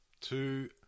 two